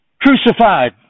crucified